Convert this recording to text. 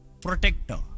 Protector